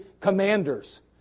commanders